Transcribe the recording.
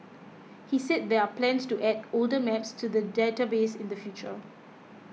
he said there are plans to add older maps to the database in the future